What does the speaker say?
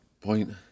point